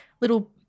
little